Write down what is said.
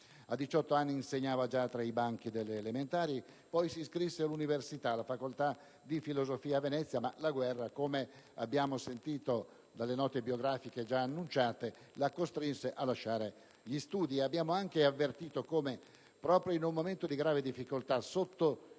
A 18 anni insegnava già tra i banchi delle elementari; poi si iscrisse all'Università, alla facoltà di filosofia a Venezia, ma la guerra, come abbiamo sentito dalle note biografiche già illustrate, la costrinse a lasciare gli studi. Abbiamo anche sentito come, proprio in un momento di grande difficoltà, sotto